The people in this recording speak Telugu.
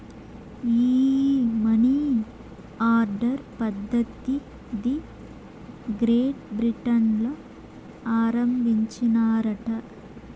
ఈ మనీ ఆర్డర్ పద్ధతిది గ్రేట్ బ్రిటన్ ల ఆరంబించినారట